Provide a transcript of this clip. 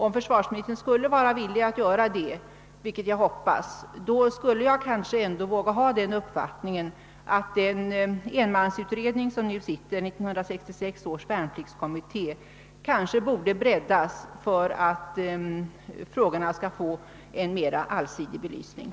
Om försvarsministern skulle vara villig att göra det, vilket jag hoppas, skulle jag ändå våga ha den uppfattningen, att den enmansutredning som nu sitter — 1966 års värnpliktskommitté — kanske borde breddas för att frågorna skall få en mer allsidig belysning.